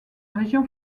région